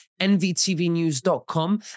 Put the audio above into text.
nvtvnews.com